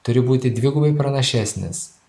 turi būti dvigubai pranašesnis